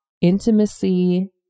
intimacy